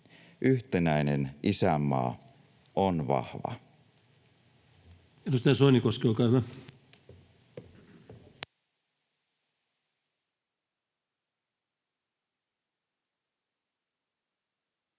Yhtenäinen isänmaa on vahva.